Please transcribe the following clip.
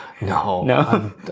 no